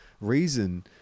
reason